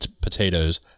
potatoes